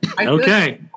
Okay